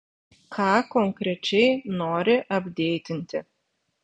ką konkrečiai nori apdeitinti